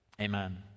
amen